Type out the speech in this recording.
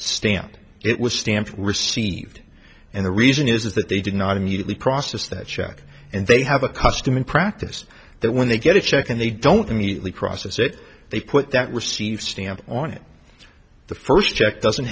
stamp it was stamped received and the reason is is that they did not immediately process that check and they have a custom in practice that when they get a check and they don't immediately process it they put that received stamp on it the first check doesn't